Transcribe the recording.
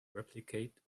replicate